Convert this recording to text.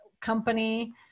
company